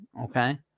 okay